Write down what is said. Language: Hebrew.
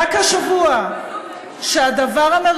כשראש הממשלה מבהיר רק השבוע שהדבר המרכזי